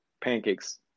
pancakes